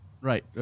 right